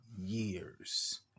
years